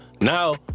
now—